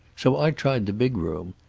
so i tried the big room.